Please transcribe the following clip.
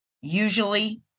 usually